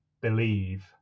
believe